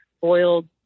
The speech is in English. boiled